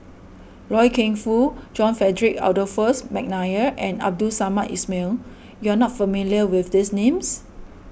Loy Keng Foo John Frederick Adolphus McNair and Abdul Samad Ismail you are not familiar with these names